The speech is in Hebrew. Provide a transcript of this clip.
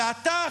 ואתה,